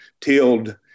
tilled